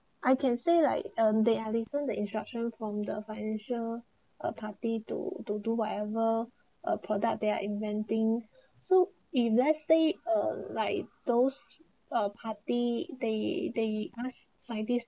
I can say like um they allison the instruction from the financial uh party to to do whatever uh product they are inventing so if let's say uh like those uh party they they ask scientist